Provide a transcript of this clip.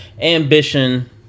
ambition